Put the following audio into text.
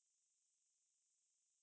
mm ah brochure lah brochure